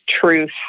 truth